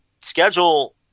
schedule